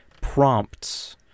prompts